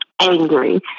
angry